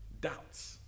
doubts